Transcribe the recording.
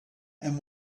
and